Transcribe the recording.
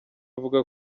avuga